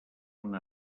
una